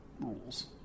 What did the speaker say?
rules